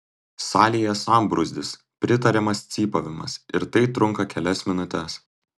salėje sambrūzdis pritariamas cypavimas ir tai trunka kelias minutes